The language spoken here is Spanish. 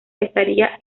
estaría